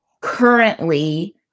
currently